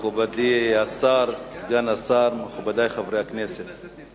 מכובדי השר, סגן השר, מכובדי חברי הכנסת,